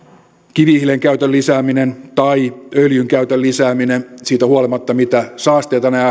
kivihiilen käytön lisääminen tai öljyn käytön lisääminen siitä huolimatta mitä saasteita ne